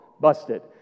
busted